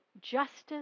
justice